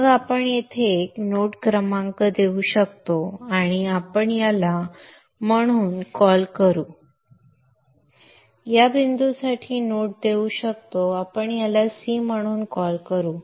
मग आपण येथे एक नोड क्रमांक देऊ शकतो आणि आपण याला म्हणून कॉल करू आणि या बिंदूसाठी नोड देऊ शकतो आपण याला 'c' म्हणून कॉल करू